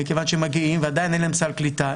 מכיוון שהם מגיעים ועדיין אין להם סל קליטה,